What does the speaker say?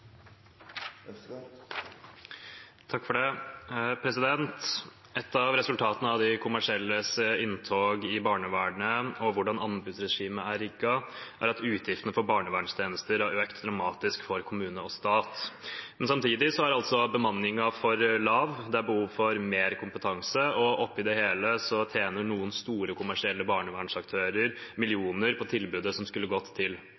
er at utgiftene for barnevernstjenester har økt dramatisk for kommune og stat. Samtidig er altså bemanningen for lav, det er behov for mer kompetanse, og oppi det hele tjener noen store, kommersielle barnevernsaktører millioner på tilbudet som skulle gått til